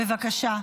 בבקשה.